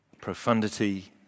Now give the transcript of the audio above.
profundity